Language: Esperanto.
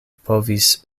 povis